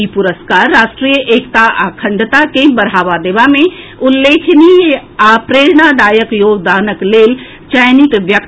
ई पुरस्कार राष्ट्रीय एकता आ अखंडता के बढ़ावा देबा मे उल्लेखनीय आ प्रेरणादायक योगदानक लेल चयनित व्यक्ति के देल जाएत